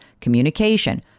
communication